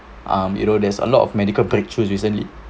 um you know there's a lot of medical breakthroughs recently